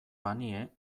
banie